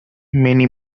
many